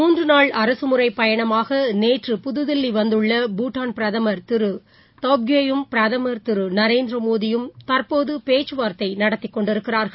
மூன்றுநாள் அரசுமுறைபயணமாகநேற்று புதில்லிவந்துள்ள பூட்டாள் பிரதமர் திருதிஷ்ரிங் டோப்கேயும் பிரதமர் திருநரேந்திரமோடியும் தற்போதுபேச்சுவார்த்தைநடத்திகொண்டிருக்கிறார்கள்